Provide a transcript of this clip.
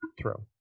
throw